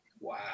Wow